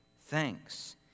thanks